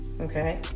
okay